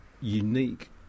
unique